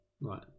Right